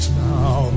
now